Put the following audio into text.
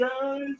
guys